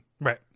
Right